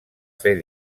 fer